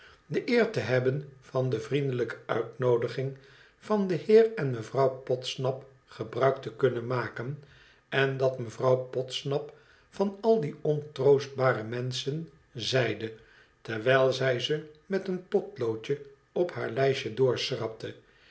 de eer te hebben van de vriendelijke uitnoodigmg van den heer en mevrouw podsnap gebruik te kunnen maken en dat mevrouw podsnap van al die ontroostbare menschen zeide terwijl zij ze met een potloodje op haar lijstje